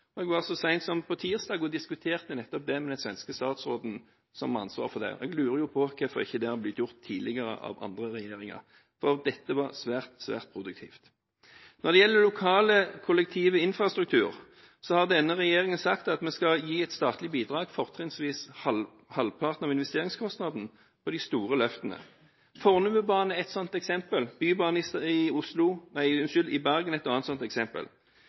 jernbane. Jeg var så sent som på tirsdag og diskuterte nettopp det med den svenske statsråden som har ansvar for det. Jeg lurer jo på hvorfor det ikke har blitt gjort tidligere av andre regjeringer, for det var svært, svært produktivt. Når det gjelder lokal kollektiv infrastruktur, har denne regjeringen sagt at vi skal gi et statlig bidrag, fortrinnsvis halvparten av investeringskostnaden, til de store løftene. Fornebubanen er et sånt eksempel, Bybanen i Bergen er et annet eksempel.